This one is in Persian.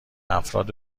افراد